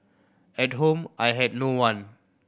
at home I had no one